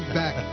back